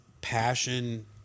passion